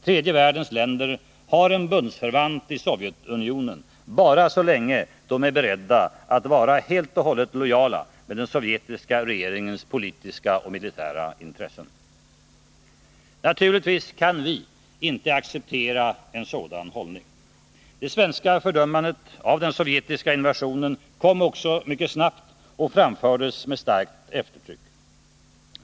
Tredje världens länder har en bundsförvant i Sovjet bara så länge de är beredda att vara helt och hållet lojala mot den sovjetiska regeringens politiska och militära intressen. Naturligtvis kan vi inte acceptera en sådan hållning. Det svenska fördömandet av den sovjetiska invasionen kom också snabbt och framfördes med starkt eftertryck.